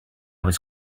was